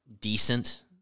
decent